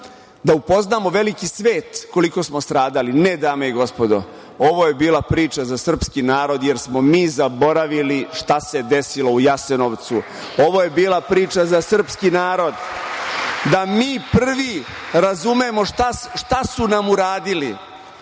da upoznamo veliki svet koliko smo stradali. Ne, dame i gospodo, ovo je bila priča za srpski narod jer smo mi zaboravili šta se desilo u Jasenovcu. Ovo je bila priča za srpski narod, da mi prvi razumemo šta su nam uradili